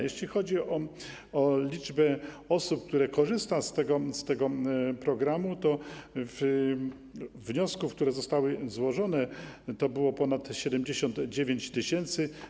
Jeżeli chodzi o liczbę osób, które korzystają z tego programu, to wniosków, które zostały złożone, było ponad 79 tys.